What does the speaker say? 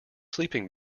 sleeping